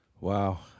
Wow